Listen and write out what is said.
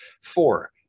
Four